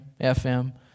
FM